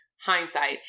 hindsight